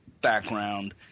background